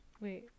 Wait